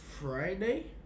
Friday